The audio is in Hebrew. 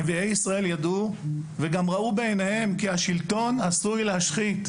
נביאי ישראל ידעו וגם ראו בעיניהם כי השלטון עשוי להשחית.